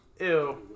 Ew